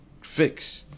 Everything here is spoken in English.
fix